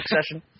session